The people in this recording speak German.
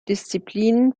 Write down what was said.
disziplinen